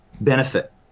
benefit